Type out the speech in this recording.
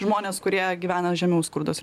žmones kurie gyvena žemiau skurdo